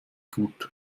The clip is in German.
gut